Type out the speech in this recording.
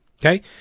okay